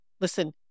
Listen